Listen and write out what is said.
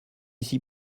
ici